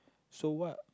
so what